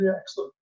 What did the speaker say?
excellent